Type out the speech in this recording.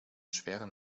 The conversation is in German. schweren